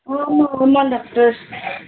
ஆமாம் ஆமாம் டாக்டர்